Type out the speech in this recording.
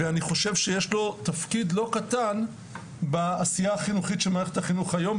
ואני חושב שיש לו תפקיד לא קטן בעשייה החינוכית של מערכת החינוך היום.